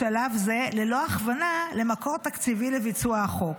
בשלב זה ללא הכוונה למקור תקציבי לביצוע החוק.